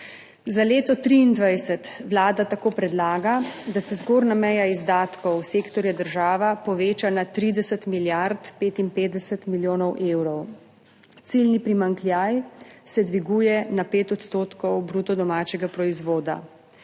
Za leto 2023 Vlada tako predlaga, da se zgornja meja izdatkov sektorja država poveča na 30 milijard 55 milijonov evrov. Ciljni primanjkljaj se dviguje na 5 % bruto domačega proizvoda.